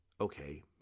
Okay